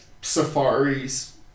safaris